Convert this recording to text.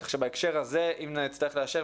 כך שבהקשר הזה אם נצטרך לאשר,